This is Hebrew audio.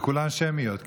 וכולן שמיות.